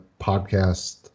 podcast